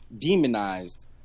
demonized